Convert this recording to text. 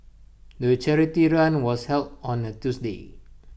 the charity run was held on A Tuesday